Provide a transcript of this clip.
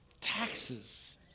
Taxes